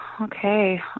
okay